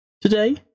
today